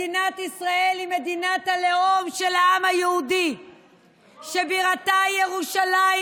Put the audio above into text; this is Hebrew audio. מדינת ישראל היא מדינת הלאום של העם היהודי ובירתה ירושלים,